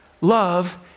love